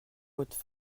votre